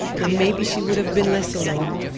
then maybe she would have been less alone.